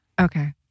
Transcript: Okay